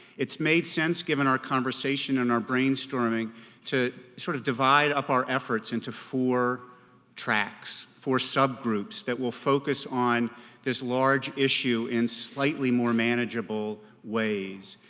it's made sense given our conversation and our brainstorming to sort of divide up our efforts into four tracks, four subgroups that will focus on this large issue in slightly more manageable ways.